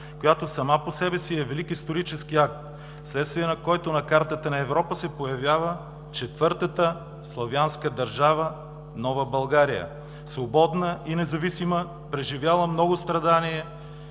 която сама по себе си е велик исторически акт, вследствие на който на картата на Европа се появява четвъртата славянска държава Нова България – свободна и независима, преживяла много страдания